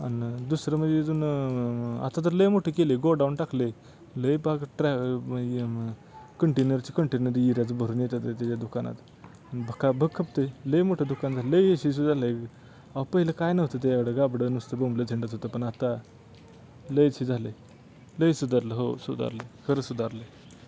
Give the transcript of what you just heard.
अन दुसरं म्हणजे इथून आता तर लई मोठे केलं आहे गोडाऊन टाकलं आहे लई पाक ट्रॅ म्हंजे कंटेनरचं कंटेनर एर्याचं भरून येतं त्याच्या दुकानात भकाभक खपतं लई मोठं दुकान झाले लई यशस्वी झालं आहे अहो पहिलं काही नव्हतं त्याच्याकडं गाबडं नुसतं बोंबलत हिंडत होतं पण आता लयच हे झालं आहे लई सुधारलं हो सुधारलं खरं सुधारलं आहे